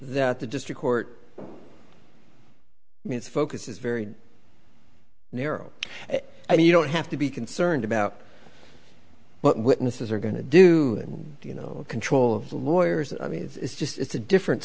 that the district court its focus is very narrow and you don't have to be concerned about what witnesses are going to do you know control of lawyers i mean it's just it's a different